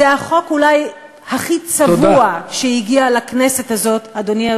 זה החוק אולי הכי צבוע, תודה.